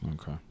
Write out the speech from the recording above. Okay